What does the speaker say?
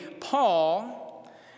Paul